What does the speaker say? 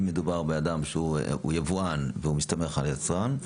אם מדובר ביבואן שמסתמך על יצרן,